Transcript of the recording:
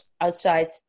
outside